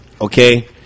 Okay